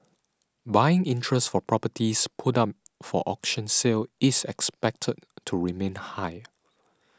buying interest for properties put up for auction sale is expected to remain high